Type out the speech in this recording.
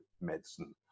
medicine